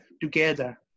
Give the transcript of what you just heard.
together